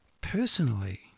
personally